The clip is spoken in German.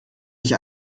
ich